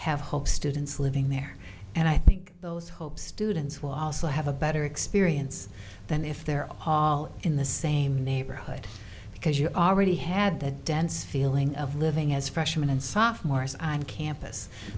have hope students living there and i think those hopes students will also have a better experience than if they're all in the same neighborhood because you already had the dense feeling of living as freshmen and sophomores i'm campus